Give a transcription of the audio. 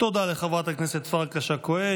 תודה לחברת הכנסת פרקש הכהן.